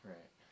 Right